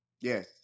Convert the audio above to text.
Yes